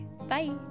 Bye